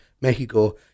Mexico